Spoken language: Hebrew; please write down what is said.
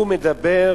הוא מדבר